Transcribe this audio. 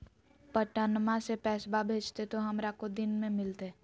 पटनमा से पैसबा भेजते तो हमारा को दिन मे मिलते?